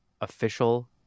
official